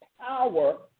power